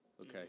Okay